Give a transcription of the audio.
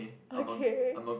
okay